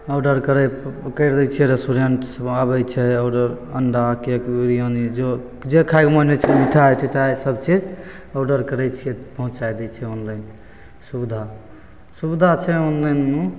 order करै करि दै छिए रेस्टोरेन्ट्स आबै छै ऑडर अण्डा केक बिरिआनी जो जे खाइके मोन होइ छै मिठाइ तिठाइ सबचीज ऑडर करै छिए फेर पहुँचै दै छै ऑनलाइन सुविधा सुविधा छै ऑनलाइनमे